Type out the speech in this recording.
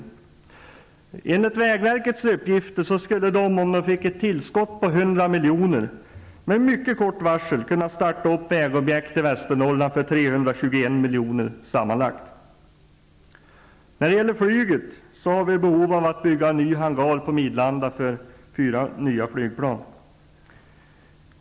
Enligt vägverket skulle man med ett tillskott på 100 miljoner med mycket kort varsel kunna starta vägobjekt i Västernorrland för sammanlagt 321 På flygets område finns det behov av att bygga en ny hangar på Midlanda för fyra nya flygplan.